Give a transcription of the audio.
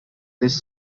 this